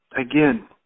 again